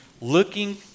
looking